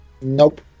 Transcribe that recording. Nope